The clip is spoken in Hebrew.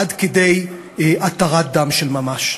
עד כדי התרת דם של ממש.